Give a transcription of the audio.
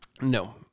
No